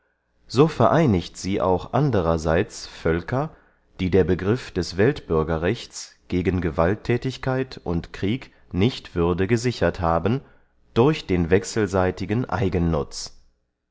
so vereinigt sie auch andererseits völker die der begriff des weltbürgerrechts gegen gewaltthätigkeit und krieg nicht würde gesichert haben durch den wechselseitigen eigennutz